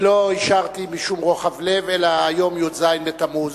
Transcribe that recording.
אני לא אישרתי משום רוחב לב, אלא היום י"ז בתמוז,